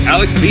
Alex